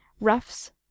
Ruffs